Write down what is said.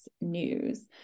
news